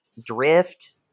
Drift